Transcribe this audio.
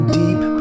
deep